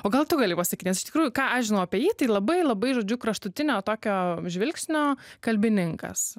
o gal tu gali pasakyt nes iš tikrųjų ką aš žinau apie jį tai labai labai žodžiu kraštutinio tokio žvilgsnio kalbininkas